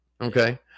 Okay